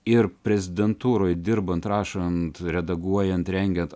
ir prezidentūroje dirbant rašant redaguojant rengiant